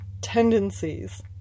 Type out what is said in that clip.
tendencies